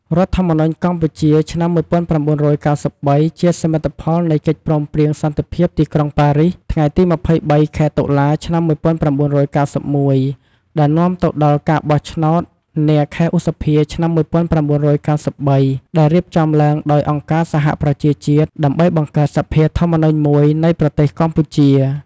រដ្ឋធម្មនុញ្ញកម្ពុជាឆ្នាំ១៩៩៣ ជាសមិទ្ធផលនៃកិច្ចព្រមព្រៀងសន្តិភាពទីក្រុងប៉ារីស ថ្ងៃទី២៣ ខែតុលា ឆ្នាំ១៩៩១ ដែលនាំទៅដល់ការបោះឆ្នោត នាខែឧសភា ឆ្នាំ១៩៩៣ ដែលរៀបចំឡើងដោយអង្គការសហប្រជាជាតិ ដើម្បីបង្កើតសភាធម្មនុញ្ញមួយនៃប្រទេសកម្ពុជា។